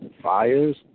Fires